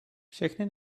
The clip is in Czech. všechny